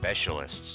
specialist's